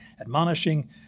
admonishing